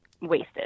wasted